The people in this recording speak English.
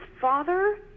father